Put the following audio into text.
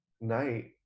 night